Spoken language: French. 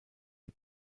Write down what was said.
est